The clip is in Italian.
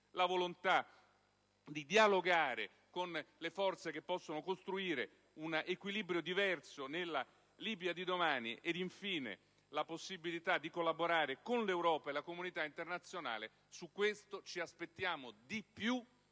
la volontà di dialogare con le forze in grado di costruire una equilibrio diverso nella Libia di domani e, infine, la possibilità di collaborare con l'Europa e la comunità internazionale) ci aspettiamo di più